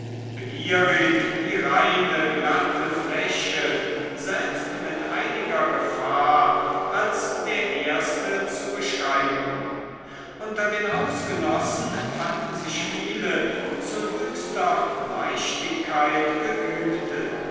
begierig die reine glatte fläche selbst mit einiger gefahr als der erste zu beschreiten unter den hausgenossen fanden sich viele zu höchster leichtigkeit geübte